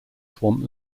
swamp